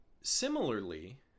similarly